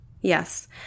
Yes